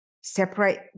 separate